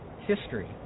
history